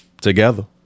together